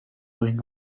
going